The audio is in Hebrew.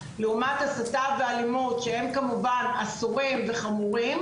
לעומת הסתה ואלימות שהן כמובן אסורות וחמורות,